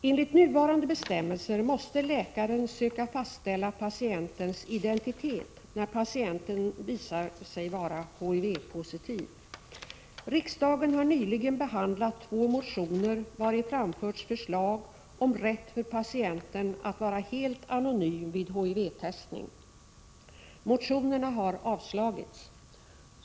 Enligt nuvarande bestämmelser måste läkaren söka fastställa patientens identitet när patienten visar sig vara HIV-positiv. Riksdagen har nyligen behandlat två motioner, vari framförts förslag om rätt för patienten att vara helt anonym vid HIV-testning . Motionerna har avslagits.